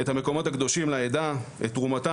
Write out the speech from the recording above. את המקומות הקדושים לעדה, את תרומתה